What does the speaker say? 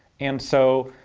and so,